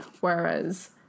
whereas